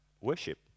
worship